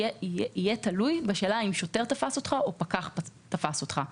יהיה תלוי בשאלה אם שוטר תפס אותך או פקח תפס אותך.